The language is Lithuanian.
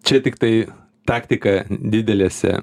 čia tiktai taktika didelėse